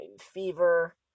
fever